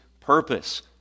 purpose